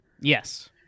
Yes